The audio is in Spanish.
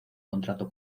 contrato